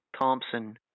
Thompson